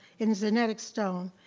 in genetic stone.